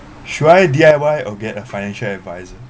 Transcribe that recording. should I D_I_Y or get a financial adviser